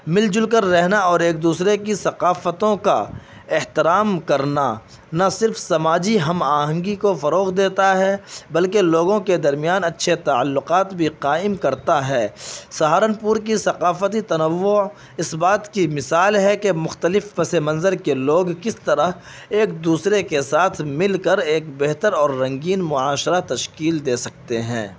مل جل کر رہنا اور ایک دوسرے کی ثقافتوں کا احترام کرنا نہ صرف سماجی ہم آہنگی کو فروغ دیتا ہے بلکہ لوگوں کے درمیان اچھے تعلقات بھی قائم کرتا ہے سہارنپور کی ثقافتی تنوع اس بات کی مثال ہے کہ مختلف پس منظر کے لوگ کس طرح ایک دوسرے کے ساتھ مل کر ایک بہتر اور رنگین معاشرہ تشکیل دے سکتے ہیں